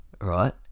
Right